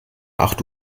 acht